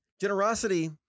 Generosity